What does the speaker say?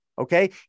Okay